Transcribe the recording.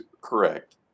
correct